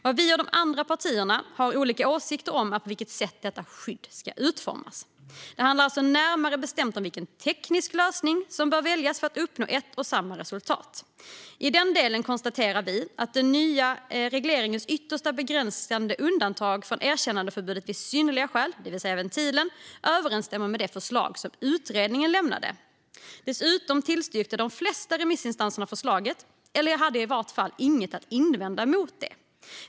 Vad vi och de andra partierna har olika åsikter om är på vilket sätt detta skydd ska utformas. Det handlar alltså närmare bestämt om vilken teknisk lösning som bör väljas för att uppnå ett och samma resultat. I den delen konstaterar vi att den nya regleringens ytterst begränsade undantag från erkännandeförbudet vid synnerliga skäl, det vill säga ventilen, överensstämmer med det förslag som utredningen lämnade. Dessutom tillstyrkte de flesta remissinstanser förslaget, eller hade i vart fall inget att invända mot det.